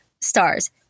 stars